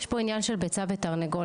יש פה עניין של ביצה ותרנגולת,